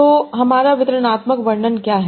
तो हमारा वितरणात्मक वर्णन क्या है